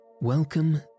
Welcome